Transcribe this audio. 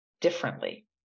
differently